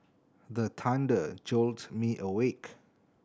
the thunder jolt me awake